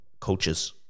Coaches